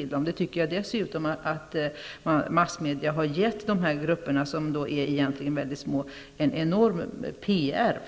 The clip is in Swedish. Jag tycker att massmedia har givit dessa grupper, som egentligen är mycket små, en enorm PR,